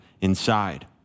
inside